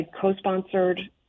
co-sponsored